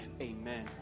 Amen